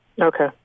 Okay